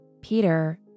Peter